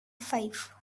five